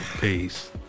Peace